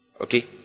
Okay